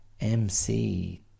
MC